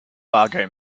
fargo